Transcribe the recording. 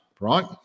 right